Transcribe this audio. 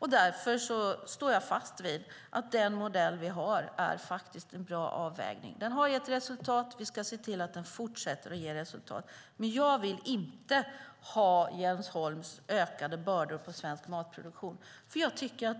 Därför står jag fast vid att den modell vi har är en bra avvägning. Den har gett resultat. Vi ska se till att den fortsätter att ge resultat. Jag vill inte ha Jens Holms ökade bördor på svensk matproduktion.